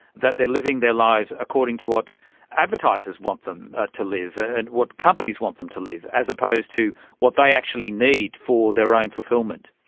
that they're living their lives according to what advertisers want them to live, and what companies want them to live, as opposed to what they actually need to for their own fulfilment?